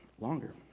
longer